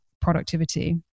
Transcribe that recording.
productivity